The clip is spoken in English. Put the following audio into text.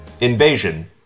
Invasion